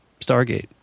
Stargate